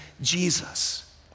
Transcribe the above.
Jesus